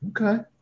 okay